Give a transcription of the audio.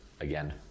again